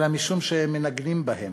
אלא משום שהם מנגנים בהם".